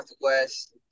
Northwest